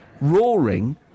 roaring